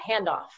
handoff